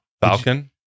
Falcon